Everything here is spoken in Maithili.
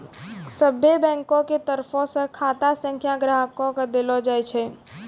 सभ्भे बैंको के तरफो से खाता संख्या ग्राहको के देलो जाय छै